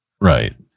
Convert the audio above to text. Right